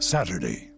Saturday